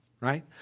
right